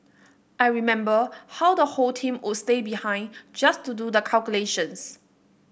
I remember how the whole team would stay behind just to do the calculations